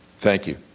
thank you.